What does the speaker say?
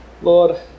Lord